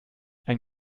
ein